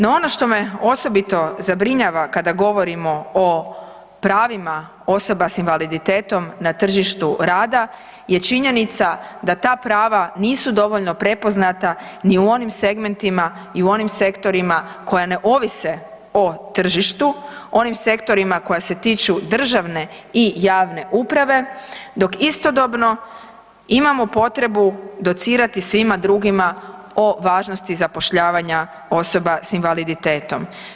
No, ono što me osobito zabrinjava kada govorimo o pravima osoba s invaliditetom na tržištu rada je činjenica da ta prava nisu dovoljno prepoznata ni u onim segmentima i u onim sektorima koja ne ovise o tržištu, onim sektorima koji se tiču državne i javne uprave dok istodobno imamo potrebu docirati svima drugima o važnosti zapošljavanja osoba s invaliditetom.